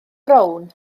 brown